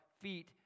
feet